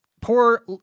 Poor